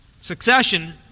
succession